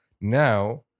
now